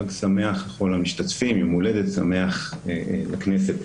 יום הולדת שמח לכנסת.